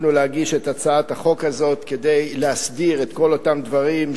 הצעת החוק היא חלק ראשון מתוך הצעת חוק רחבה הרבה יותר,